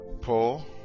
Paul